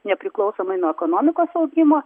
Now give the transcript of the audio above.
nepriklausomai nuo ekonomikos augimo